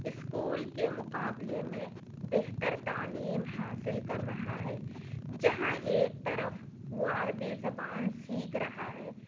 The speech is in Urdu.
اسکول کے مقابلے میں بہتر تعلیم حاصل کر رہا ہے جہاں ایک طرف وہ عربی زبان سیکھ رہا ہے